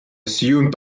assumed